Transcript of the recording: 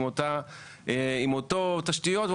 עם אותן תשתיות.